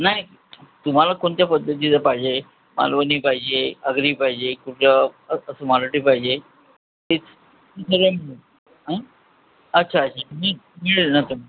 नाही तुम्हाला कोणत्या पद्धतीचं पाहिजे मालवणी पाहिजे आगरी पाहिजे कुठं असं मराठी पाहिजे ते सगळं मिळेल आं अच्छा अच्छा मिळेल ना तुम्हाला